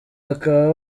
bakaba